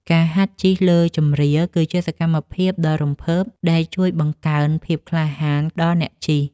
ការហាត់ជិះលើជម្រាល គឺជាសកម្មភាពដ៏រំភើបដែលជួយបង្កើនភាពក្លាហានដល់អ្នកជិះ។